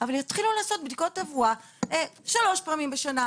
אבל שיתחילו לעשות בדיקות תברואה שלוש פעמים בשנה.